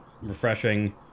refreshing